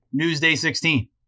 Newsday16